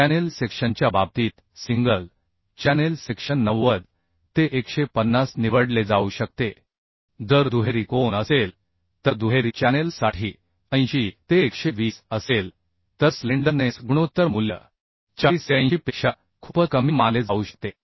channel सेक्शनच्या बाबतीत single channel section 90 ते 150 निवडले जाऊ शकते जर दुहेरी कोन असेल तर दुहेरी चॅनेल साठी 80 ते 120 असेल तर स्लेंडरनेस गुणोत्तर मूल्य 40 ते 80 पेक्षा खूपच कमी मानले जाऊ शकते